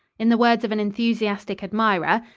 in the words of an enthusiastic admirer,